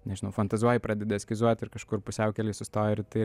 nežinau fantazuoji pradedi eskizuot ir kažkur pusiaukelėj sustoji ir tai